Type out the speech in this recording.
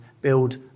build